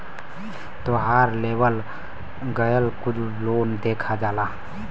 तोहार लेवल गएल कुल लोन देखा जाला